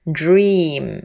dream